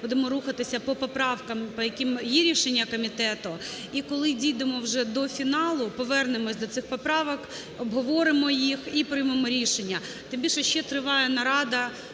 будемо рухатися по поправкам, по яким є рішення комітету, і коли дійдемо вже до фіналу, повернемося до цих поправок, обговоримо їх і приймемо рішення. Тим більше, ще триває нарада